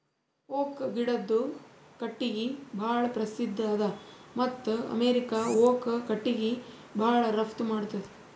oak ಗಿಡದು ಕಟ್ಟಿಗಿ ಭಾಳ್ ಪ್ರಸಿದ್ಧ ಅದ ಮತ್ತ್ ಅಮೇರಿಕಾ ಓಕ್ ಕಟ್ಟಿಗಿ ಭಾಳ್ ರಫ್ತು ಮಾಡ್ತದ್